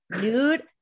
nude